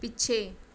ਪਿੱਛੇ